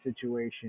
situation